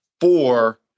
four